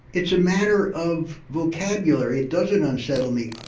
it's a matter of vocabulary, it doesn't unsettle me.